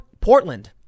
Portland